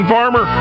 Farmer